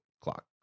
clock